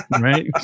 Right